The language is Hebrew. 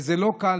וזה לא קל.